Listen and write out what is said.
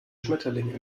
schmetterlinge